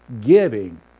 giving